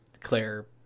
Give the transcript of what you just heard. claire